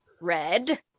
Red